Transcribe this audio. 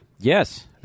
Yes